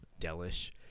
Delish